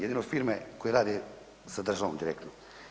Jedino firme koje rade sa državom direktno.